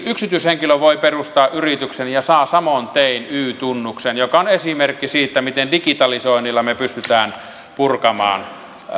yksityishenkilö voi perustaa yrityksen ja saa samoin tein y tunnuksen mikä on esimerkki siitä miten digitalisoinnilla me pystymme purkamaan